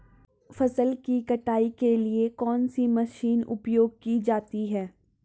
फसल की कटाई के लिए कौन सी मशीन उपयोग की जाती है?